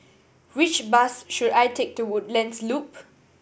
which bus should I take to Woodlands Loop